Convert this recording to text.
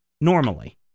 normally